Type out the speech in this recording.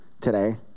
today